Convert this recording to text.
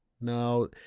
no